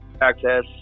access